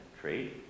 trade